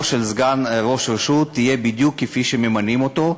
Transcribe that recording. של סגן ראש רשות תהיה בדיוק כמו המינוי שלו.